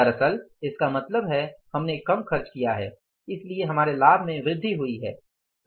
दरअसल इस का मतलब है हमने कम खर्च किया है इसलिए हमारे लाभ में वृद्धि हुई है